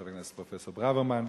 חבר הכנסת פרופסור ברוורמן,